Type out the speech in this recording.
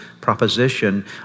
proposition